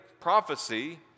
prophecy